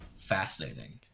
fascinating